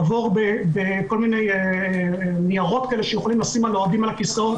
עבור בניירות כאלה שיכולים לשים לאוהדים על הכסאות,